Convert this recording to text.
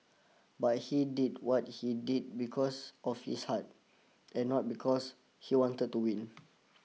but he did what he did because of his heart and not because he wanted to win